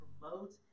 promote